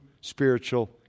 spiritual